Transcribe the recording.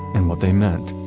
and what they meant.